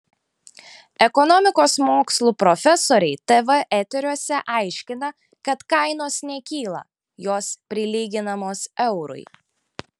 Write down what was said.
ekonomikos mokslų profesoriai tv eteriuose aiškina kad kainos nekyla jos prilyginamos eurui